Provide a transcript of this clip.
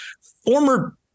Former